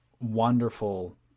wonderful